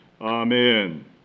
Amen